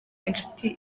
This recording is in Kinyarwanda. inshuti